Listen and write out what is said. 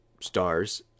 stars